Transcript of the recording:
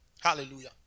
hallelujah